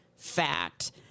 fact